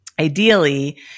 ideally